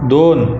दोन